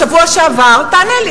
תענה לי,